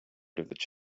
heard